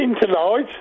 tonight